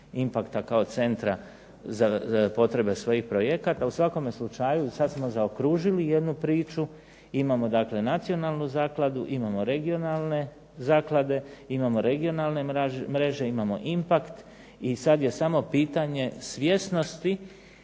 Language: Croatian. kao centra za potrebe svojih projekata. U svakome slučaju sad smo zaokružili jednu priču. Imamo dakle Nacionalnu zakladu, imamo regionalne zaklade, imamo regionalne mreže, imamo IMPACT i sad je samo pitanje svjesnosti